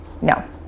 No